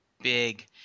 big